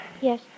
Yes